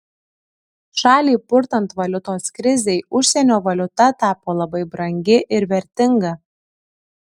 šalį purtant valiutos krizei užsienio valiuta tapo labai brangi ir vertinga